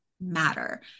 matter